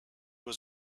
was